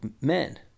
men